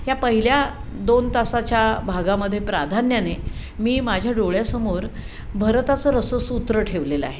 ह्या पहिल्या दोन तासाच्या भागामध्ये प्राधान्याने मी माझ्या डोळ्यासमोर भरताचं रससूत्र ठेवलेलं आहे